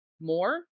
more